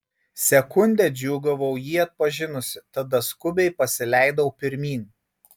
sekundę džiūgavau jį atpažinusi tada skubiai pasileidau pirmyn